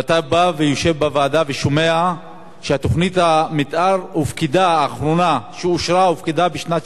ואתה בא ויושב בוועדה ושומע שתוכנית המיתאר האחרונה שאושרה הופקדה בשנת